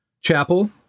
chapel